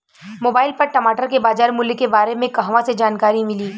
Mobile पर टमाटर के बजार मूल्य के बारे मे कहवा से जानकारी मिली?